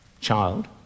child